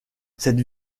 cette